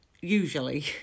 Usually